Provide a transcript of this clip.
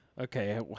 Okay